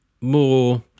more